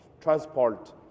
transport